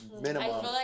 minimum